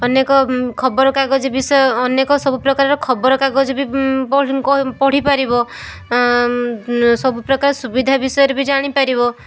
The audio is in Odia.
ଅନେକ ଖବରକାଗଜ ବିଷୟ ଅନେକ ସବୁ ପ୍ରକାରର ଖବର କାଗଜ ବି ପଢ଼ି ପାରିବ ସବୁ ପ୍ରକାର ସୁବିଧା ବିଷୟରେ ବି ଜାଣିପାରିବ